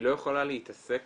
היא לא יכולה להתעסק